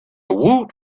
woot